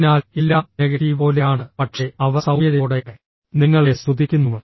അതിനാൽ എല്ലാം നെഗറ്റീവ് പോലെയാണ് പക്ഷേ അവ സൌമ്യതയോടെ നിങ്ങളെ സ്തുതിക്കുന്നു